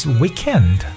weekend